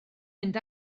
mynd